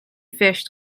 fished